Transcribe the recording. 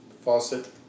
Faucet